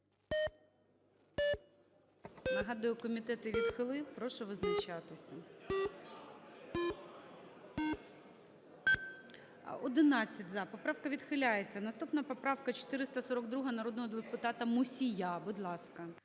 Нагадую комітет її відхилив, прошу визначатися. 16:44:30 За-11 Поправка відхиляється. Наступна поправка 442 народного депутата Мусія, будь ласка.